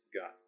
God